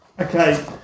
Okay